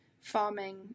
farming